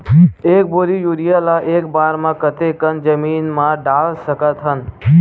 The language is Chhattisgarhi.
एक बोरी यूरिया ल एक बार म कते कन जमीन म डाल सकत हन?